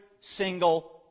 single